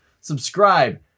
subscribe